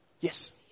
Yes